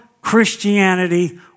Christianity